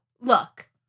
Look